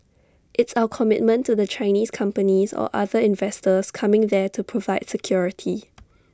it's our commitment to the Chinese companies or other investors coming there to provide security